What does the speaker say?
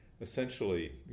essentially